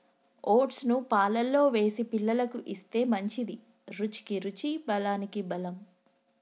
oats ను పాలల్లో వేసి పిల్లలకు ఇస్తే మంచిది, రుచికి రుచి బలానికి బలం